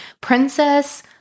Princess